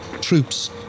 troops